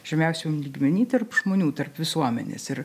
žemiausiam lygmeny tarp žmonių tarp visuomenės ir